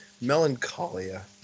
Melancholia